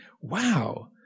wow